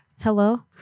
Hello